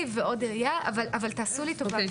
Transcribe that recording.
תודה.